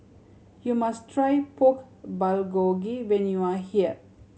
you must try Pork Bulgogi when you are here